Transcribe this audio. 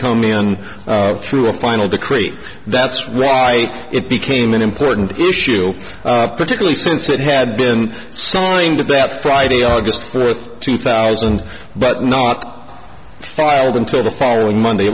come in through a final decree that's why it became an important issue particularly since it had been signed that friday august fourth two thousand but not filed until the following monday